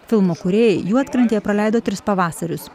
filmo kūrėjai juodkrantėje praleido tris pavasarius